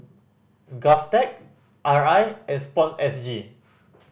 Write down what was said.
GovTech R I and Sport S G